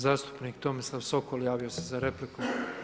Zastupnik Tomislav Sokol javio se za repliku.